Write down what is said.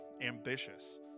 ambitious